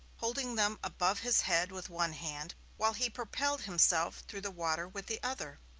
holding them above his head with one hand, while he propelled himself through the water with the other.